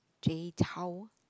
Jay-Chou